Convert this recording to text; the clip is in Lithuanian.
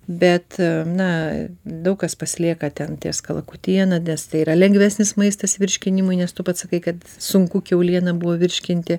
bet na daug kas pasilieka ten ties kalakutiena nes tai yra lengvesnis maistas virškinimui nes tu pats sakai kad sunku kiaulieną buvo virškinti